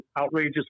outrageous